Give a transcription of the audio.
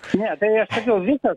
ne tai aš sakiau visos